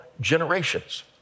generations